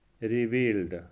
revealed